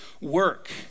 work